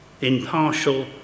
impartial